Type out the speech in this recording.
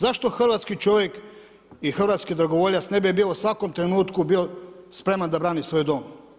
Zašto hrvatski čovjek i hrvatski dragovoljac, ne bi bio u svakom trenutku bio spreman da brani svoj dom.